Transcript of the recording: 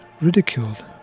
ridiculed